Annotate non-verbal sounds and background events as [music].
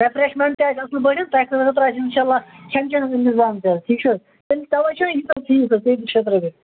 refreshment تہِ آسہِ اَصٕل پٲٹھۍ تۄہہِ خٲطرٕ آسہِ انشاء اللہ کھین چَنُک انتِظام تہِ حظ ٹھیٖک چھُ حظ تَوَے چھُ [unintelligible] تیٚیہِ تٕرٛہ شَتھ رۄپیہِ